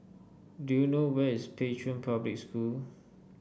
do you know where is Pei Chun Public School